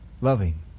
loving